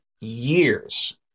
years